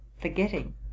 forgetting